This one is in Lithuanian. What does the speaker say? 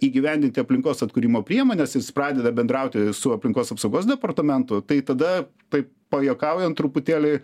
įgyvendinti aplinkos atkūrimo priemones jis pradeda bendrauti su aplinkos apsaugos departamentu tai tada taip pajuokaujant truputėlį